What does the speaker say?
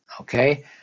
Okay